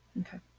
Okay